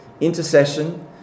intercession